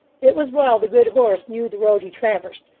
it was well the good horse knew the road he traversed,